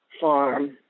farm